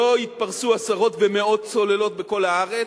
לא יתפרסו עשרות ומאות סוללות בכל הארץ.